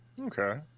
Okay